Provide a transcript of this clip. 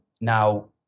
Now